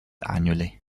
annually